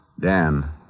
Dan